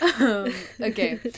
Okay